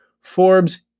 Forbes